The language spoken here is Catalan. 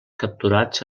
capturats